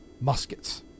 muskets